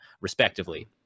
respectively